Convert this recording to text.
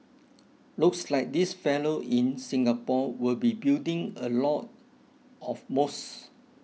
looks like this fellow in Singapore will be building a lot of mosques